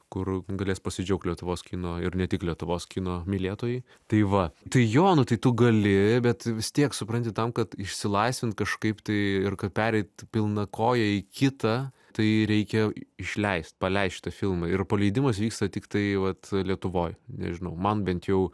kur galės pasidžiaugt lietuvos kino ir ne tik lietuvos kino mylėtojai tai va tai jo nu tai tu gali bet vis tiek supranti tam kad išsilaisvint kažkaip tai ir kad pereit pilna koja į kitą tai reikia išleist paleist šitą filmą ir paleidimas vyksta tiktai vat lietuvoj nežinau man bent jau